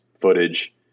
footage